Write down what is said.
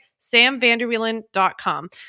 samvanderwieland.com